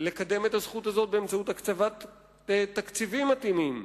לקדם את הזכות הזאת באמצעות הקצבת תקציבים מתאימים.